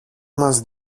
μας